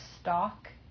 stock